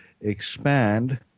expand